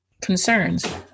concerns